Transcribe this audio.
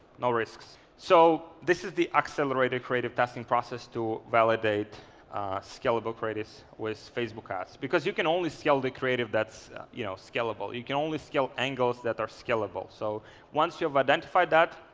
no risks. so this this is the accelerated creative testing process to validate scalable credits with facebook ads. because you can only sell the creative that's you know scalable. you can only scale angles that are scalable. so once you've identified that,